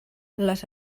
les